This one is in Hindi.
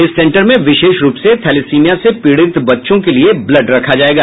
इस सेंटर में विशेष रूप से थैलेसीमिया से पीड़ित बच्चों के लिये ब्लड रखा जायेगा